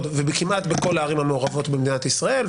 וכמעט בכל הערים המעורבות במדינת ישראל,